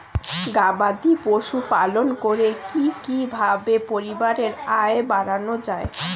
গবাদি পশু পালন করে কি কিভাবে পরিবারের আয় বাড়ানো যায়?